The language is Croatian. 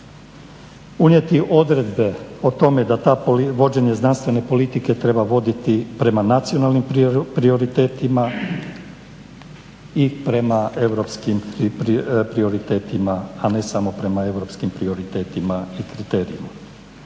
unijeti odredbe da vođenje znanstvene politike treba voditi prema nacionalnim prioritetima i prema europskim prioritetima, a ne samo prema europskim prioritetima i kriterijima.